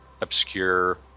obscure